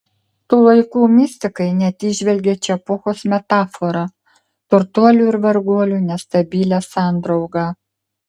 tų laikų mistikai net įžvelgė čia epochos metaforą turtuolių ir varguolių nestabilią sandraugą